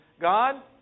God